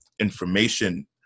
information